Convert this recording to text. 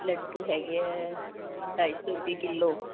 ਲੱਡੂ ਹੈਗੇ ਆ ਢਾਈ ਸੌ ਰੁਪਏ ਕਿਲੋ